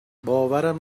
باورم